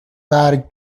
برگ